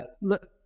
look